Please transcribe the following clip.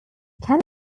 can